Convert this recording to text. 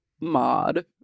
mod